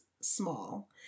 small